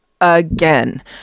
again